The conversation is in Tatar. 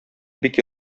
бик